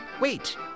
wait